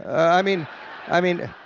i mean i mean,